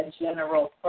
general